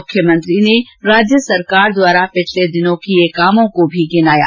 मुख्यमंत्री ने राज्य सरकार द्वारा पिछले दिनों किए कामों को भी गिनाया